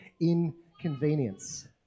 inconvenience